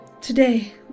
today